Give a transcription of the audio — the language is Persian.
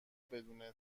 بدون